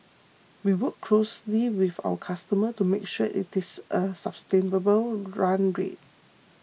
we work closely with our customer to make sure it is a sustainable run rate